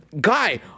guy